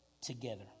together